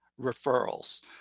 referrals